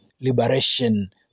liberation